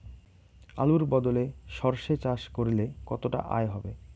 আলুর বদলে সরষে চাষ করলে কতটা আয় হবে?